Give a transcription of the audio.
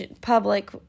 public